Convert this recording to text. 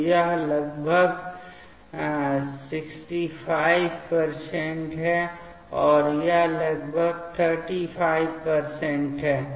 तो यह लगभग ६५ प्रतिशत है और यह लगभग ३५ प्रतिशत है